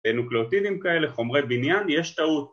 ‫בנוקלאוטידים כאלה, חומרי בניין, ‫יש טעות.